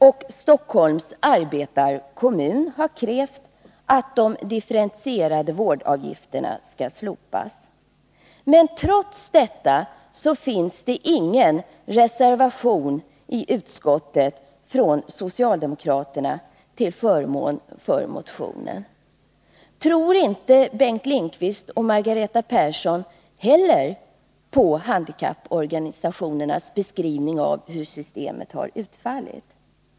Och Stockholms arbetarekommun har krävt att de differentierade vårdavgifterna skall slopas. Men trots detta finns det ingen reservation i utskottsbetänkandet från socialdemokraterna till förmån för motionen. Tror inte heller Bengt Lindqvist och Margareta Persson på handikapporganisationernas beskrivning av hur systemet har utfallit?